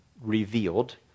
revealed